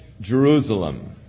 Jerusalem